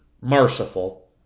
merciful